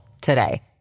today